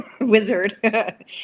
wizard